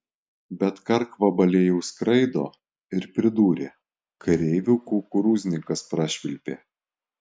bet karkvabaliai jau skraido ir pridūrė kareivių kukurūznikas prašvilpė